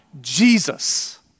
Jesus